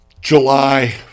July